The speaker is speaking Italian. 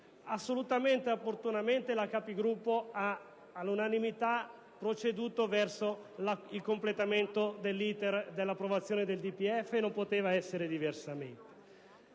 assolutamente e opportunamente la Conferenza dei Capigruppo ha all'unanimità proceduto verso il completamento dell'*iter* dell'approvazione della DFP e non poteva essere diversamente.